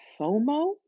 FOMO